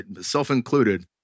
self-included